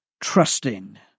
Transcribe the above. trusting